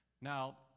Now